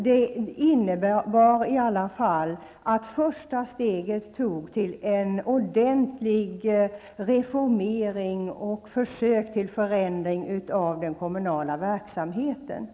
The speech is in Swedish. Det innebar i alla fall att de första stegen mot en ordentlig reformering och förändring av den kommunala verksamheten togs.